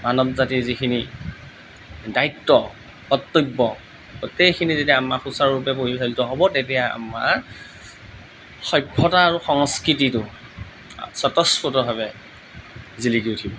মানৱজাতিৰ যিখিনি দায়িত্ব কৰ্তব্য গোটেইখিনি যেতিয়া আমাৰ সুচাৰুৰূপে পৰিচালিত হ'ব তেতিয়া আমাৰ সভ্যতা আৰু সংস্কৃতিটো স্বতঃস্ফূৰ্তভাৱে জিলিকি উঠিব